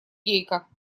гейка